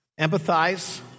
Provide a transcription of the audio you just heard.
Empathize